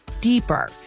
deeper